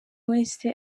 wese